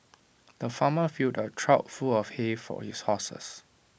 the farmer filled A trough full of hay for his horses